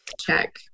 check